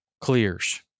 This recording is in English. clears